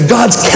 God's